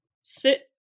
sit